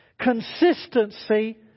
Consistency